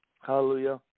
Hallelujah